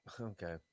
okay